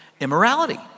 immorality